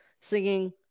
singing